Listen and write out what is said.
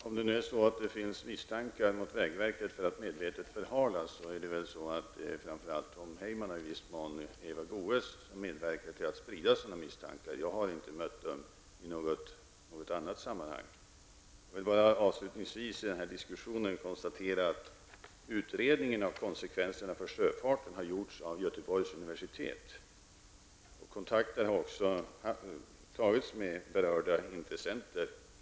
Om det finns misstankar mot vägverket för att medvetet förhala ärendet, så är det Tom Heyman och i viss mån Eva Goe s som medverkar till att sprida sådana misstankar. Jag har inte mött sådana misstankar i något annat sammanhang. Avslutningsvis vill jag konstatera att utredningen om konsekvenserna för sjöfarten har gjorts av Göteborgs universitet. Kontakter har också tagits med berörda intressenter.